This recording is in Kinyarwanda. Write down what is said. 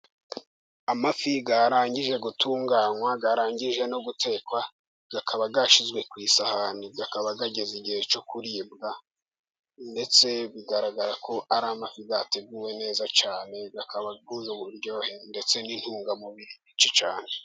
Amafi arangije gutunganywa arangije no gu gutekwa akaba ashyizwe ku n'isahani, akaba ageze igihe cyo kuribwa. Ndetse bigaragara ko ari amafi ateguwe neza cyane akaba agira buryohe ndetse n'indungamubiri nyinshi cyane.